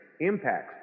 impacts